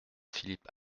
philippe